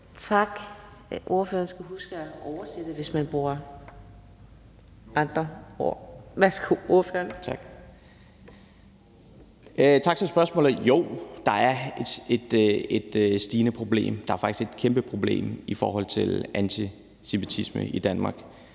Tak. Ordføreren skal huske at oversætte. Værsgo til ordføreren. Kl. 11:04 Mohammad Rona (M): Tak for spørgsmålet. Jo, der er et stigende problem, der er faktisk et kæmpe problem i forhold til antisemitisme i Danmark.